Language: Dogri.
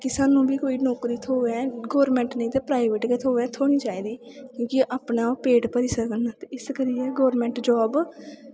कि सानूं बी कोई नौकरी थ्होऐ गौरमैंट नेईं ते प्राईवेट गै थ्होऐ थ्होनी चाहिदी क्योंकि अपना पेट भरी सकन ते इस करियै गौरमैंट जॉब